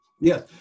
Yes